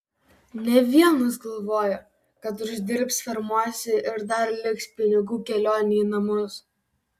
ne vienas galvojo kad užsidirbs fermose ir dar liks pinigų kelionei į namus